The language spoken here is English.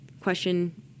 question